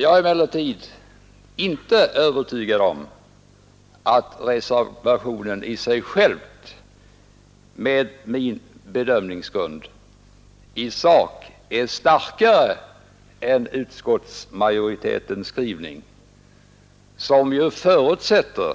Jag är emellertid inte övertygad om att reservationen i sig själv — med min bedömningsgrund — i sak är starkare än utskottsmajoritetens skrivning, som ju förutsätter